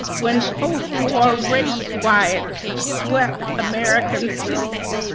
when post-war race riots swept american cities.